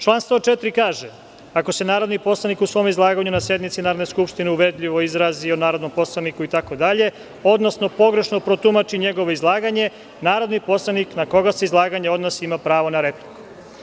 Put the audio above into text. Član 104. kaže – ako se narodni poslanik u svom izlaganju na sednici Narodne skupštine uvredljivo izrazi o narodnom poslaniku itd, odnosno pogrešno protumači njegovo izlaganje, narodni poslanik na koga se izlaganje odnosi ima prava na repliku.